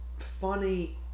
funny